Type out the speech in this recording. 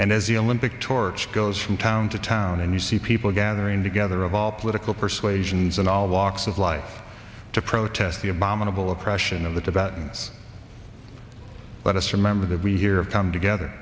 and as the olympic torch goes from town to town and you see people gathering together of all political persuasions and all walks of life to protest the abominable oppression of that about ns but us remember that we hear of come together